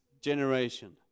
generation